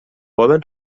poden